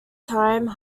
time